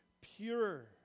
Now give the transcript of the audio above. pure